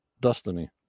destiny